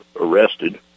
arrested